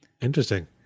Interesting